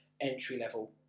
entry-level